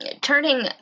Turning